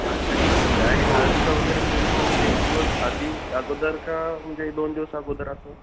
अच्छा ठीक आहे आणि हळदीचा वगैरे मुहूर्त म्हणजे एक दिवस आधी का अगोदर का म्हणजे दोन दिवस अगोदर असं